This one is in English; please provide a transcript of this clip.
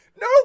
no